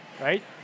right